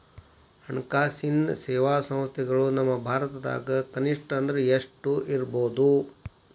ಹಣ್ಕಾಸಿನ್ ಸೇವಾ ಸಂಸ್ಥೆಗಳು ನಮ್ಮ ಭಾರತದಾಗ ಕನಿಷ್ಠ ಅಂದ್ರ ಎಷ್ಟ್ ಇರ್ಬಹುದು?